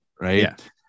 Right